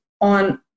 on